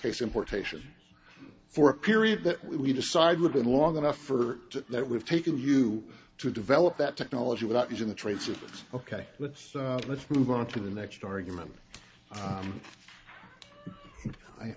case importation for a period that we decide within long enough for that we've taken you to develop that technology without using the traits of us ok let's move on to the next argument u